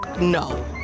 no